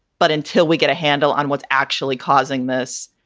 but until we get a handle on what's actually causing this.